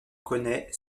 connait